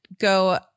go